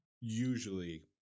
usually